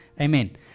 Amen